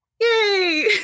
Yay